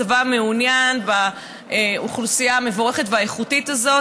הצבא מעוניין באוכלוסייה המבורכת והאיכותית הזאת.